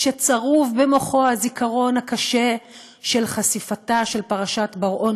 כשצרוב במוחו הזיכרון הקשה של חשיפתה של פרשת בר-און